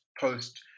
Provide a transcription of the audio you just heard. post